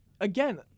again